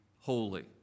holy